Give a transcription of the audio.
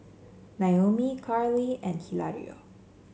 Naomi Carlee and Hilario